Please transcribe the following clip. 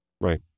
Right